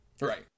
Right